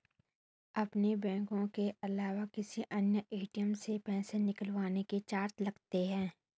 अपने बैंक के अलावा किसी अन्य ए.टी.एम से पैसे निकलवाने के चार्ज लगते हैं